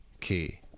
key